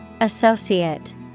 Associate